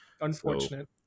Unfortunate